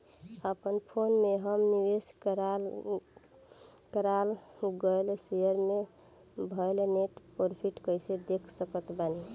अपना फोन मे हम निवेश कराल गएल शेयर मे भएल नेट प्रॉफ़िट कइसे देख सकत बानी?